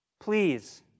please